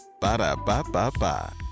Ba-da-ba-ba-ba